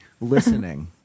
listening